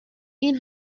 این